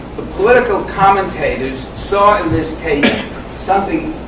the political commentators saw in this case something